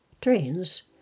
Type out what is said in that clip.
Trains